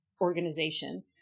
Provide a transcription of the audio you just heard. organization